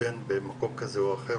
מתבן או אסם במקום כזה או אחר,